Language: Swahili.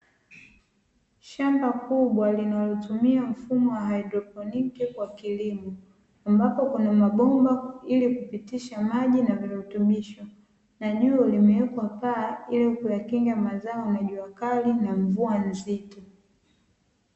Shamba kubwa linalotumia mfumo wa haidroponi kwa kilimo ambapo kuna mabomba ili kupitisha maji na virutubisho, na juu limewekwa paa ili kuyakinga mazao na jua kali na mvua nzito.